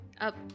Up